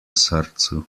srcu